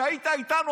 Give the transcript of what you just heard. כשהיית איתנו,